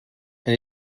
and